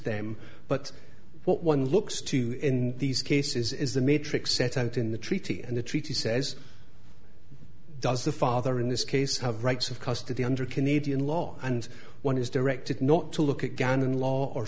them but what one looks to in these cases is the matrix set out in the treaty and the treaty says does the father in this case have rights of custody under canadian law and one is directed not to look at gannon law or